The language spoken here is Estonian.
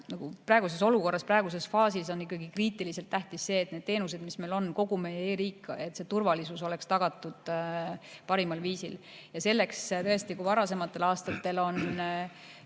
praeguses olukorras, praeguses faasis on ikkagi kriitiliselt tähtis see, et need teenused, mis meil on, kogu meie e-riik – et see turvalisus oleks tagatud parimal viisil. Ja tõesti, kui varasematel aastatel on